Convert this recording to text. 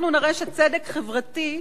אנחנו נראה שצדק חברתי,